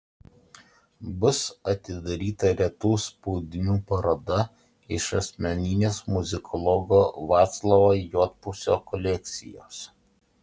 bus atidaryta retų spaudinių paroda iš asmeninės muzikologo vaclovo juodpusio kolekcijos